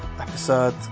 episode